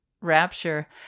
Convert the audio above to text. Rapture